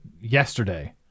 yesterday